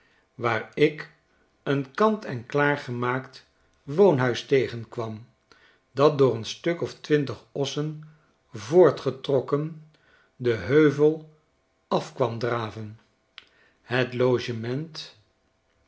waar ik een kant en klaargemaakt woonhuis tegenkwam dat door een stuk of twintig ossen voortgetrokken den heuvel af kwam draven het logement